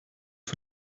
für